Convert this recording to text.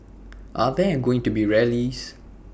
are there going to be rallies